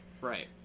right